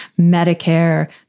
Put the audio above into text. Medicare